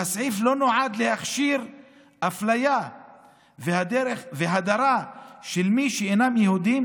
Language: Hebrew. והסעיף לא נועד להכשיר אפליה והדרה של מי שאינם יהודים